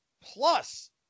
plus